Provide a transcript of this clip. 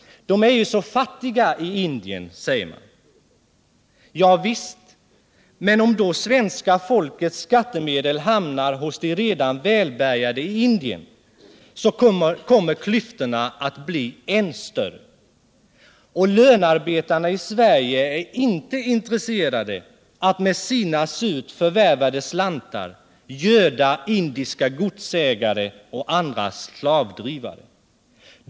De är ju så fattiga i Indien, säger man. Ja visst, men om då svenska folkets skattemedel hamnar hos de redan välbärgade i Indien, kommer klyftorna att bli än större. Lönarbetarna i Sverige är inte intresserade att med sina surt förvärvade slantar göda indiska godsägare och andra slavdrivare.